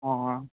অঁ অঁ